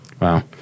Wow